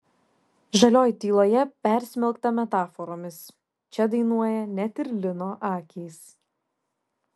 žalioj tyloje persmelkta metaforomis čia dainuoja net ir lino akys